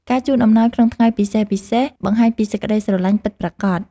ការជូនអំណោយក្នុងថ្ងៃពិសេសៗ បង្ហាញពីសេចក្តីស្រឡាញ់ពិតប្រាកដ។